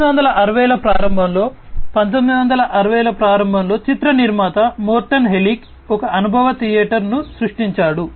కాబట్టి 1960 ల ప్రారంభంలో చిత్రనిర్మాత మోర్టన్ హెలిగ్ ఒక అనుభవ థియేటర్ను సృష్టించాడు